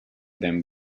them